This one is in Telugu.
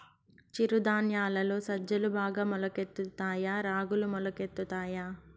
చిరు ధాన్యాలలో సజ్జలు బాగా మొలకెత్తుతాయా తాయా రాగులు మొలకెత్తుతాయా